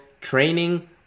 training